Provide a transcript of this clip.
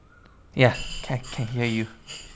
ya can can hear you